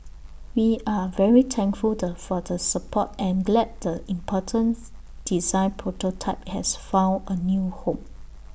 we are very thankful the for the support and glad the importance design prototype has found A new home